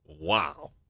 Wow